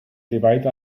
divide